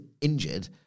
injured